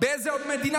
באיזו עוד מדינה